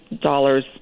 dollars